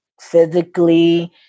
physically